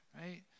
right